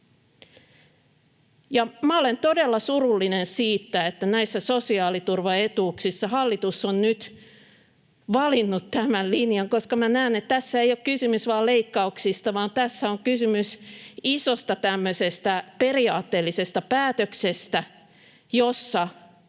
Olen todella surullinen siitä, että näissä sosiaaliturvaetuuksissa hallitus on nyt valinnut tämän linjan, koska näen, että tässä ei ole kysymys vain leikkauksista vaan tässä on kysymys tämmöisestä isosta periaatteellisesta päätöksestä, jossa